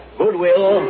goodwill